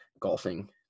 golfing